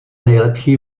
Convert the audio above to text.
nejlepší